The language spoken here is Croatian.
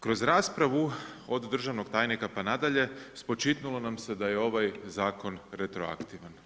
Kroz raspravu od državnog tajnika pa nadalje, spočitnulo nam se da je ovaj zakon retroaktivan.